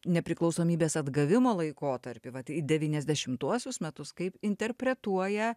nepriklausomybės atgavimo laikotarpį vat į devyniasdešimtuosius metus kaip interpretuoja